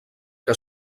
que